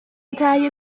تهیه